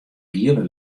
giele